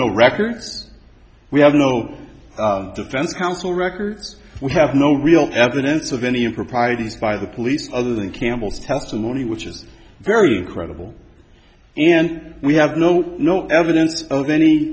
no records we have no defense counsel records we have no real evidence of any improprieties by the police other than campbell's testimony which is very credible and we have no no evidence of any